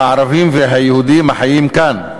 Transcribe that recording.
הערבים והיהודים החיים כאן.